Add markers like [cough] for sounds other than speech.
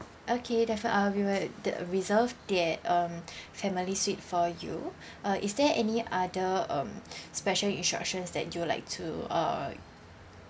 okay defi~ uh we will de~ reserve that um [breath] family suite for you [breath] uh is there any other um [breath] special instructions that you'd like to uh